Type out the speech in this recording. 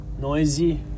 Noisy